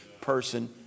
person